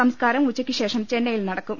സംസ്കാരം ഉച്ചയ്ക്ക് ശേഷം ചെന്നൈയിൽ നടക്കും